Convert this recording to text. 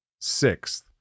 Sixth